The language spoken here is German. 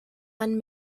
man